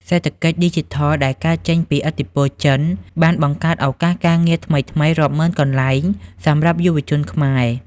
សេដ្ឋកិច្ចឌីជីថលដែលកើតចេញពីឥទ្ធិពលចិន បានបង្កើតឱកាសការងារថ្មីៗរាប់ម៉ឺនកន្លែងសម្រាប់យុវជនខ្មែរ។